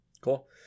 Cool